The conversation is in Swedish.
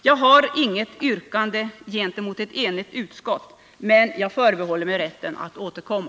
Jag har inget yrkande gentemot ett enigt utskott, men jag förbehåller mig rätten att återkomma.